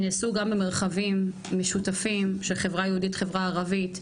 נעשו גם במרחבים משותפים של חברה יהודית וחברה ערבית.